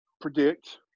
predict